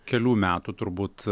kelių metų turbūt